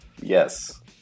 Yes